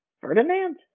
Ferdinand